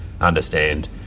understand